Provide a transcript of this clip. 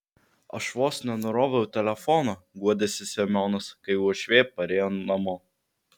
aš vos nenuroviau telefono guodėsi semionas kai uošvė parėjo namo